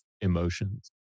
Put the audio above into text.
emotions